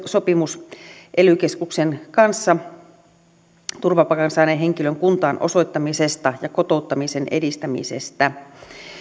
sopimus ely keskuksen kanssa turvapaikan saaneen henkilön kuntaan osoittamisesta ja kotouttamisen edistämisestä